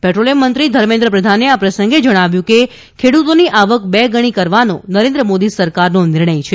પેટ્રોલિયમમંત્રી ધર્મેન્દ્ર પ્રધાને આ પ્રસંગે જણાવ્યું કે ખેડૂતોની આવક બેગણી કરવાનો નરેન્દ્ર મોદી સરકારનો નિર્ણય છે